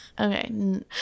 Okay